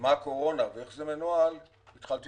מה הקורונה ואיך זה מנוהל, התחלתי